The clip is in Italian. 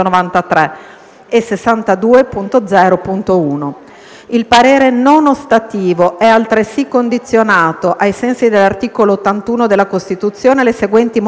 Il parere non ostativo è altresì condizionato, ai sensi dell'articolo 81 della Costituzione, alle seguente modifiche: